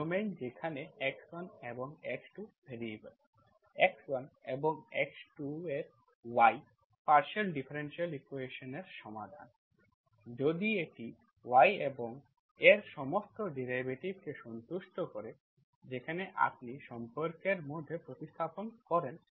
domain যেখানে x1 এবং x2 variable x1 এবং x2 এর y পার্শিয়াল ডিফারেনশিয়াল ইকুয়েশন্সের সমাধান যদি এটি y এবং এর সমস্ত ডেরিভেটিভ কে সন্তুষ্ট করে যখন আপনি সম্পর্কের মধ্যে প্রতিস্থাপন করেন